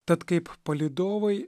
tad kaip palydovai